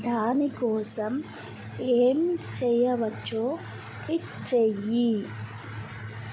దాని కోసం ఏం చేయవచ్చో ట్వీట్ చెయ్యి